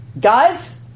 guys